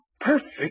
perfect